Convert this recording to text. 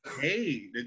Hey